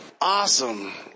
Awesome